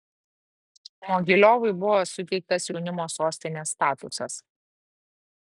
mogiliovui buvo suteiktas jaunimo sostinės statusas